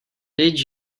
did